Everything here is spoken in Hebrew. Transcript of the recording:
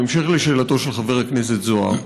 בהמשך לשאלתו של חבר הכנסת זוהר,